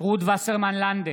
רות וסרמן לנדה,